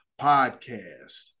Podcast